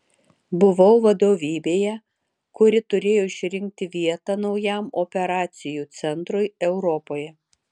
buvau vadovybėje kuri turėjo išrinkti vietą naujam operacijų centrui europoje